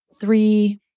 three